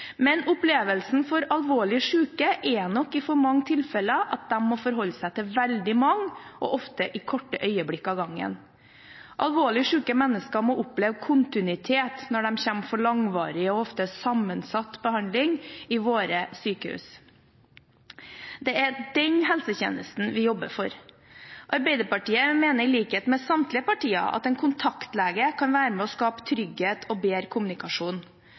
Men for alvorlig syke er nok opplevelsen i for mange tilfeller at de må forholde seg til veldig mange, ofte i korte øyeblikk om gangen. Alvorlig syke mennesker må oppleve kontinuitet når de kommer til langvarig og ofte sammensatt behandling i våre sykehus. Det er den helsetjenesten vi jobber for. Arbeiderpartiet mener, i likhet med samtlige partier, at en kontaktlege kan være med og skape trygghet og bedre kommunikasjon.